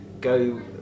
go